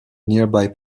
nearby